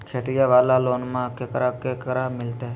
खेतिया वाला लोनमा केकरा केकरा मिलते?